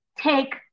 take